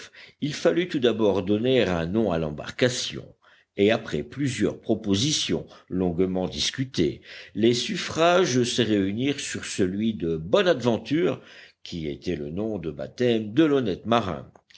il fallut tout d'abord donner un nom à l'embarcation et après plusieurs propositions longuement discutées les suffrages se réunirent sur celui de bonadventure qui était le nom de baptême de l'honnête marin